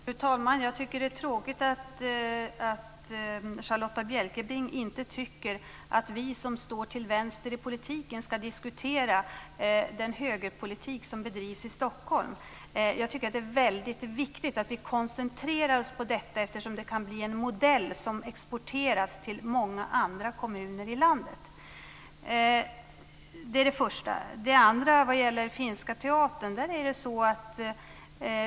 Fru talman! Jag tycker att det är tråkigt att Charlotta Bjälkebring inte tycker att vi som står till vänster i politiken ska diskutera den högerpolitik som bedrivs i Stockholm. Jag tycker att det är väldigt viktigt att vi koncentrerar oss på den, eftersom den kan bli en modell som exporteras till många andra kommuner i landet. Det är det första. Det andra gäller finska teatern.